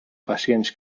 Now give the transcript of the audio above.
pacients